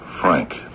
Frank